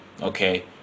okay